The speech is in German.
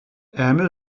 ärmel